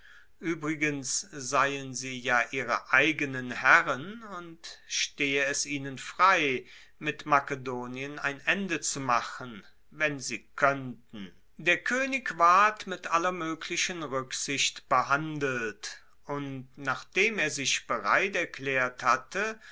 uebrigens seien sie ja ihre eigenen herren und stehe es ihnen frei mit makedonien ein ende zu machen wenn sie koennten der koenig ward mit aller moeglichen ruecksicht behandelt und nachdem er sich bereit erklaert hatte